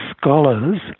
scholars